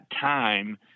time